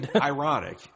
ironic